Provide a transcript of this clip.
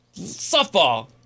Softball